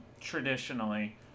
traditionally